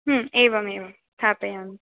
एवमेवं स्थापयामि